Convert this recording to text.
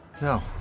No